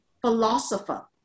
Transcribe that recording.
philosopher